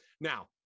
Now